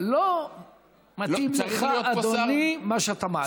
לא מתאים לך, אדוני, מה שאתה מעלה עכשיו.